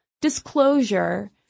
disclosure